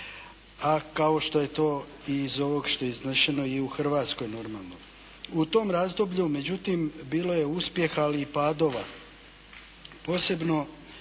a kao što je to iz ovog što je iznešeno i u Hrvatskoj normalno. U tom razdoblju međutim bilo je uspjeha ali i padova posebno